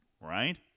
Right